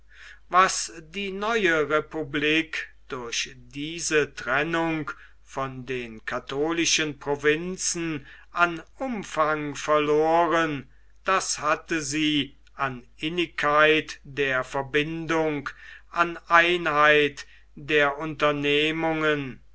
was die neue republik durch diese trennung von den katholischen provinzen an umfang verloren das hatte sie an innigkeit der verbindung an einheit der unternehmungen